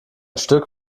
stück